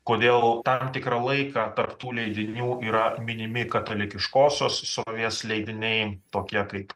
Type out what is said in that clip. kodėl tam tikrą laiką tarp tų leidinių yra minimi katalikiškosios srovės leidiniai tokie kaip